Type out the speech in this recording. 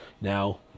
Now